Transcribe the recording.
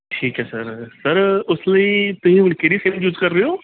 ਠੀਕ ਹੈ sir sir ਉਸ ਲਈ ਤੁਸੀਂ ਹੁਣ ਕਿਹੜੀ ਸਿੰਮ ਯੂਜ ਕਰ ਰਹੇ ਹੋ